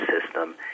system